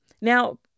now